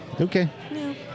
Okay